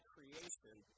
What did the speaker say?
Creation